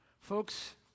Folks